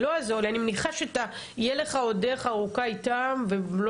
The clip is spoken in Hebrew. אני מניחה שיהיה לך עוד דרך ארוכה איתם ולא